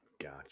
Gotcha